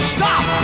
Stop